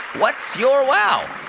what's your wow?